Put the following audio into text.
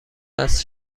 وصل